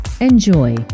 Enjoy